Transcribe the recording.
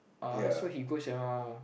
uh so he goes around